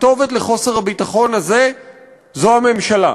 הכתובת לחוסר הביטחון הזה זו הממשלה.